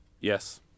Yes